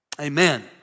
Amen